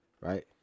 right